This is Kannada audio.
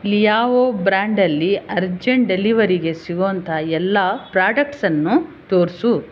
ಲೀಯಾವೊ ಬ್ರ್ಯಾಂಡಲ್ಲಿ ಅರ್ಜೆಂಟ್ ಡೆಲಿವರಿಗೆ ಸಿಗೋಂಥ ಎಲ್ಲ ಪ್ರಾಡಕ್ಟ್ಸನ್ನು ತೋರಿಸು